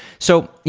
so,